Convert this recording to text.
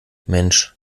mensch